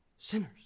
Sinners